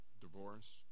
divorce